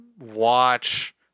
Watch